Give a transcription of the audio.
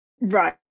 Right